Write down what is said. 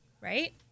Right